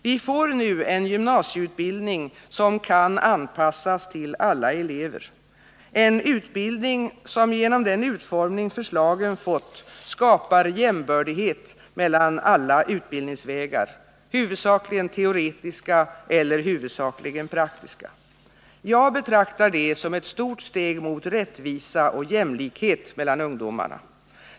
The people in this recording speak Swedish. Vi får nu en gymnasieutbildning som kan anpassas till alla elever, en utbildning som genom den utformning förslagen har fått skapar jämbördighet mellan alla utbildningsvägar, huvudsakligen teoretiska eller huvudsakligen praktiska. Jag betraktar detta som ett stort steg mot rättvisa och jämlikhet mellan ungdomarna.